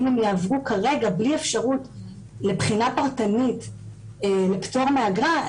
אם הן יעברו כרגע בלי אפשרות לבחינה פרטנית לפטור מאגרה,